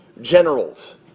generals